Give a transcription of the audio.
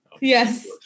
Yes